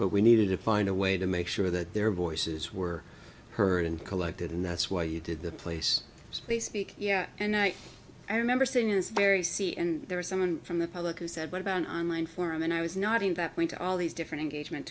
but we needed to find a way to make sure that their voices were heard and collected and that's why you did the place they speak and i remember saying is very c and there was someone from the public who said what about an online forum and i was nodding that way to all these different age